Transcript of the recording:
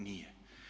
Nije.